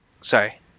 Sorry